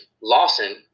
Lawson –